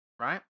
right